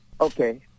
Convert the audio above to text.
Okay